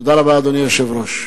תודה רבה, אדוני היושב-ראש.